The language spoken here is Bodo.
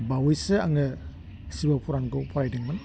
बावैसो आङो सिब' पुरानखौ फरायदोंमोन